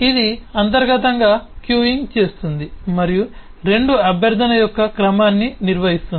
ఇది అంతర్గతంగా క్యూయింగ్ చేస్తుంది మరియు రెండు అభ్యర్థన యొక్క క్రమాన్ని నిర్వహిస్తుంది